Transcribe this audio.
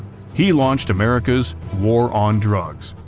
he launched america's war on drugs,